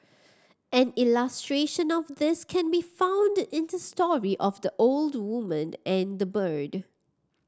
an illustration of this can be found in the story of the old woman and the bird